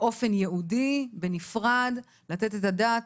באופן ייעודי, בנפרד, לתת את הדעת.